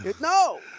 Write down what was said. No